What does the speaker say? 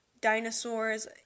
dinosaurs